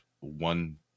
one